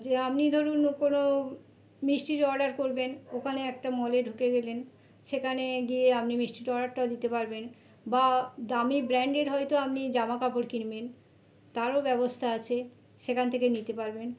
যে আপনি ধরুন কোনো মিষ্টির অর্ডার করবেন ওখানে একটা মলে ঢুকে গেলেন সেখানে গিয়ে আপনি মিষ্টির অর্ডারটাও দিতে পারবেন বা দামি ব্র্যান্ডের হয়তো আপনি জামা কাপড় কিনবেন তারও ব্যবস্থা আছে সেখান থেকে নিতে পারবেন